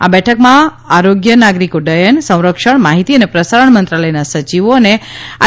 આ બેઠકમાં આરોગ્ય નાગરીક ઉફયન સંરક્ષણ માહિતી અને પ્રસારણ મંત્રાલયના સચિવો અને આઈ